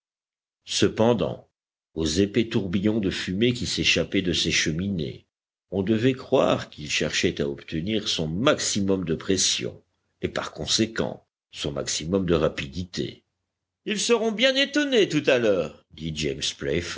cependant aux épais tourbillons de fumée qui s'échappaient de ses cheminées on devait croire qu'il cherchait à obtenir son maximum de pression et par conséquent son maximum de rapidité ls seront bien étonnés tout à l'heure